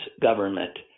government